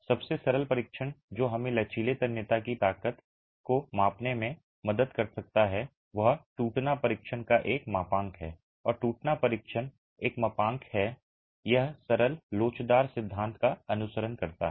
सबसे सरल परीक्षण जो हमें लचीले तन्यता की शक्ति को मापने में मदद कर सकता है वह टूटना परीक्षण का एक मापांक है और टूटना परीक्षण के एक मापांक में यह सरल लोचदार सिद्धांत का अनुसरण करता है